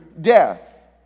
death